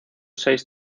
seis